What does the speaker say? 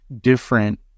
different